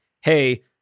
hey